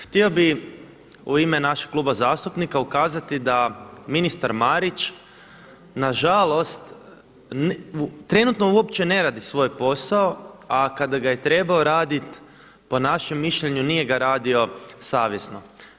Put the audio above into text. Htio bi u ime našeg kluba zastupnika ukazati da ministar Marić nažalost trenutno uopće ne radi svoj posao, a kada ga je trebao raditi po našem mišljenju nije ga radio savjesno.